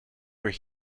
where